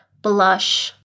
Blush